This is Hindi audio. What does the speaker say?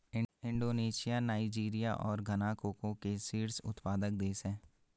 इंडोनेशिया नाइजीरिया और घना कोको के शीर्ष उत्पादक देश हैं